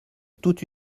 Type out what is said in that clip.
toute